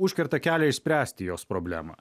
užkerta kelią išspręsti jos problemą